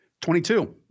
22